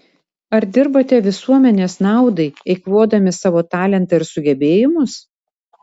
ar dirbate visuomenės naudai eikvodami savo talentą ir sugebėjimus